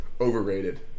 overrated